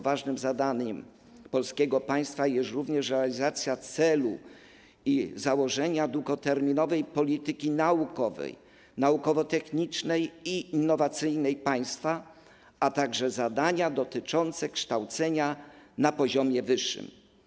Ważnym zadaniem państwa polskiego jest również realizacja celów i założeń długoterminowej polityki naukowej, naukowo-technicznej i innowacyjnej państwa, a także zadań dotyczących kształcenia na poziomie wyższym.